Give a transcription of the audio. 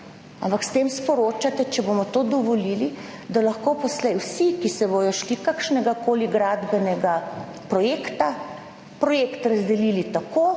Ampak s tem sporočate, če bomo to dovolili, da lahko poslej vsi, ki se bodo šli kakršnega koli gradbenega projekta, projekt razdelili tako,